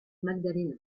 magdalena